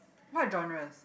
what genres